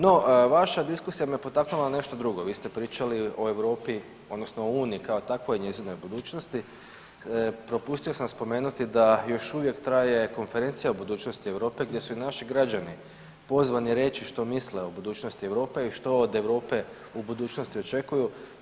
No, vaša diskusija me potaknula na nešto drugo, vi ste pričali o Europi odnosno o Uniji kao takvoj i njezinoj budućnosti, propustio sam spomenuti da još uvijek traje Konferencija o budućnosti Europe gdje su i naši građani pozvani reći što misle o budućnosti Europe i što od Europe u budućnosti očekuju.